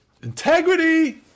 integrity